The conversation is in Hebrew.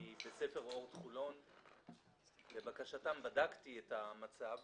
מבית ספר אורט חולון ולבקשתם בדקתי את המצב.